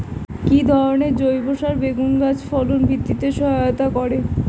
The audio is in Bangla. কি ধরনের জৈব সার বেগুন গাছে ফলন বৃদ্ধিতে সহায়তা করে?